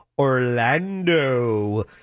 Orlando